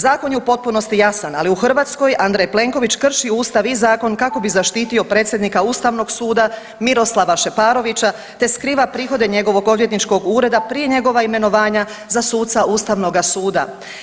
Zakon je u potpunosti jasan, ali u Hrvatskoj Andrej Plenković krši Ustav i zakon kako bi zaštitio predsjednika Ustavnog suda Miroslava Šeparovića, te skriva prihode njegovog odvjetničkog ureda prije njegova imenovanja za suca Ustavnoga suda.